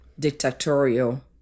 Dictatorial